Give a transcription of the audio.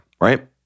right